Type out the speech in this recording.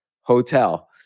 hotel